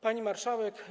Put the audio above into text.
Pani Marszałek!